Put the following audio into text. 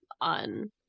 on